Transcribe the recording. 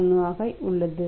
01 ஆக உள்ளது